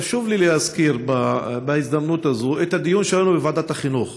חשוב לי להזכיר בהזדמנות הזו את הדיון שהיה לנו בוועדת החינוך